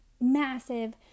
massive